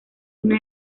una